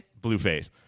Blueface